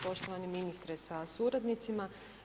Poštovani ministre sa suradnicima.